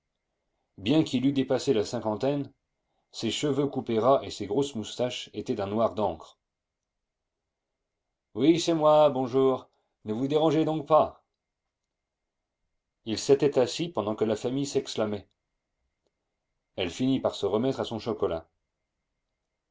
bien qu'il eût dépassé la cinquantaine ses cheveux coupés ras et ses grosses moustaches étaient d'un noir d'encre oui c'est moi bonjour ne vous dérangez donc pas il s'était assis pendant que la famille s'exclamait elle finit par se remettre à son chocolat